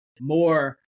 more